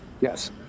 Yes